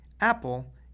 Apple